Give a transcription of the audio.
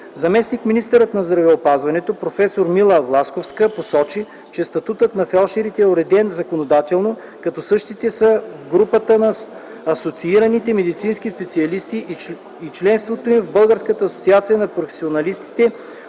Заместник-министърът на здравеопазването проф. Мила Власковска посочи, че статутът на фелдшерите е уреден законодателно, като същите са в групата на асоциираните медицински специалисти и членството им в Българската асоциация на професионалистите